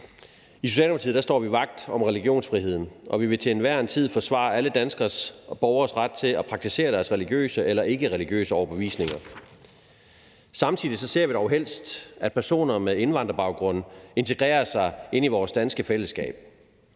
I Socialdemokratiet står vi vagt om religionsfriheden, og vi vil til hver en tid forsvare alle danskeres og borgeres ret til at praktisere deres religiøse eller ikkereligiøse overbevisninger. Samtidig ser vi dog helst, at personer med indvandrerbaggrund integrerer sig ind i vores danske fællesskab